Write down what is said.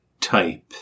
type